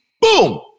boom